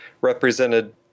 represented